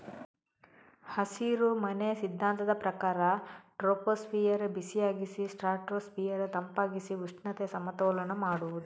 ಹಸಿರುಮನೆ ಸಿದ್ಧಾಂತದ ಪ್ರಕಾರ ಟ್ರೋಪೋಸ್ಫಿಯರ್ ಬಿಸಿಯಾಗಿಸಿ ಸ್ಟ್ರಾಟೋಸ್ಫಿಯರ್ ತಂಪಾಗಿಸಿ ಉಷ್ಣತೆ ಸಮತೋಲನ ಮಾಡುದು